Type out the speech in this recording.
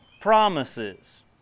promises